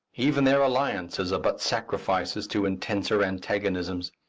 even their alliances are but sacrifices to intenser antagonisms.